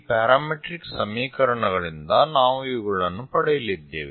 ಈ ಪ್ಯಾರಾಮೀಟ್ರಿಕ್ ಸಮೀಕರಣಗಳಿಂದ ನಾವು ಇವುಗಳನ್ನು ಪಡೆಯಲಿದ್ದೇವೆ